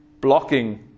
blocking